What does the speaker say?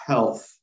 Health